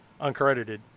uncredited